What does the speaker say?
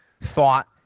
thought